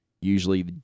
usually